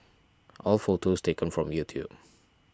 all photos taken from YouTube